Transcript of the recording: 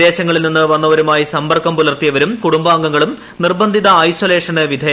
വിദേശങ്ങളിൽനിന്ന് വന്നവരുമായി സമ്പർക്കം പുലർത്തിയവരും കൂടുംബാംഗങ്ങളും നിർബന്ധിത ഐസൊലേഷന് വിധേയമാക ണം